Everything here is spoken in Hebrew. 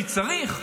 כי צריך,